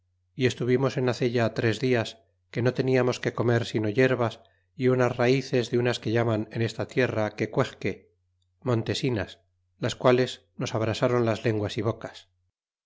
y estuvimos en hacella tres dias que no teniamos que comer sino yerbas y unas ralees de unas quellaman en esta tierra quecuexque montesinas las quales nos abrasron las lenguas y bocas